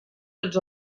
tots